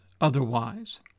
otherwise